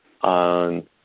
on